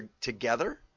together